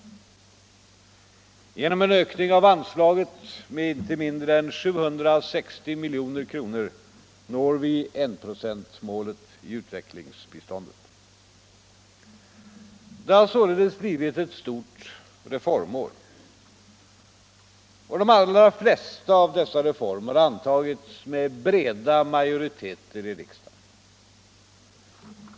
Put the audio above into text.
Genom en ökning av anslaget med inte mindre än 760 milj.kr. når vi enprocentsmålet för vårt utvecklingsbistånd. Det har således blivit ett stort reformår. De allra flesta av dessa reformer har antagits med breda majoriteter i riksdagen.